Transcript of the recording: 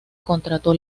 contrató